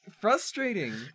frustrating